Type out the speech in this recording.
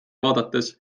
vaadates